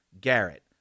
Garrett